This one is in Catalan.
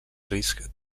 risc